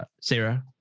Sarah